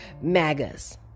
MAGAs